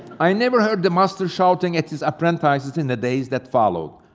i never heard the master shouting at his apprentices in the days that followed.